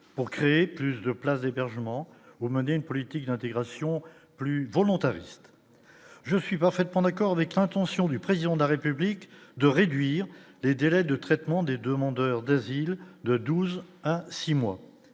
pour créer plus de places d'hébergement ou mener une politique d'intégration plus volontariste, je suis parfaitement d'accord avec l'intention du président de la République de réduire les délais de traitement des demandeurs d'asile de 12 à 6 mois